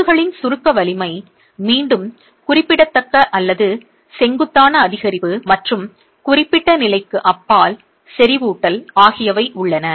கொத்துகளின் சுருக்க வலிமை மீண்டும் குறிப்பிடத்தக்க அல்லது செங்குத்தான அதிகரிப்பு மற்றும் குறிப்பிட்ட நிலைக்கு அப்பால் செறிவூட்டல் ஆகியவை உள்ளன